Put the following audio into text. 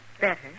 better